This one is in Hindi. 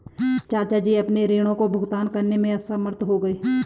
चाचा जी अपने ऋणों का भुगतान करने में असमर्थ हो गए